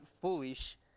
foolish